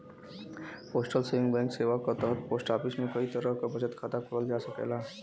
postal saving bank सेवा क तहत पोस्ट ऑफिस में कई तरह क बचत खाता खोलल जा सकेला